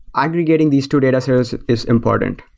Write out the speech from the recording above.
aggregating these two data service is important.